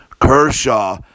Kershaw